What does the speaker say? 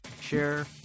share